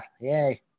yay